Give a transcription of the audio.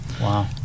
Wow